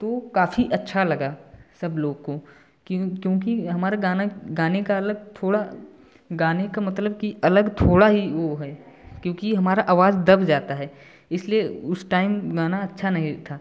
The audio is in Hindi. तो काफ़ी अच्छा लगा सब लोग को क्यों क्योंकि हमारे गाना गाने का अलग थोड़ा गाने का मतलब अलग थोड़ा ही वह है क्योंकि हमारा आवाज़ दब जाता है इसलिए उस टाइम गाना अच्छा नहीं था